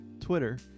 Twitter